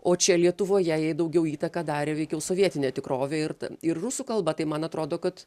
o čia lietuvoje jai daugiau įtaką darė veikiau sovietinė tikrovė ir ir rusų kalba tai man atrodo kad